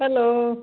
hello